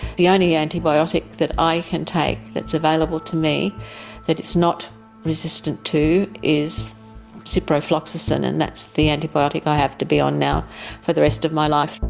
the only antibiotic that i can take that's available to me that it's not resistant to is ciprofloxacin and that's the antibiotic i have to be on now for the rest of my life.